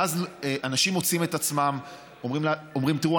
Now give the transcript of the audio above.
ואז אנשים מוצאים את עצמם אומרים: תראו,